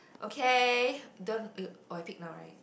okay don't build oh I pick now right